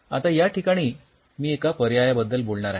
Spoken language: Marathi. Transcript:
आता याठिकाणी मी एका पर्यायाबद्दल बोलणार आहे